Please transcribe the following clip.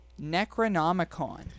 Necronomicon